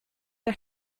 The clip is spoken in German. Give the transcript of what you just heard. nach